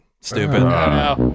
Stupid